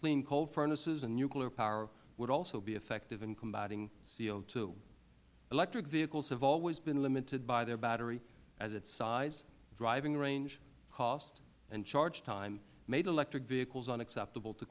clean coal furnaces and nuclear power will also be effective in combating co electric vehicles have always been limited by their battery as its size driving range cost and charge time made electric vehicles unacceptable to